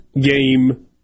game